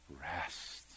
rest